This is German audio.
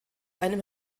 einem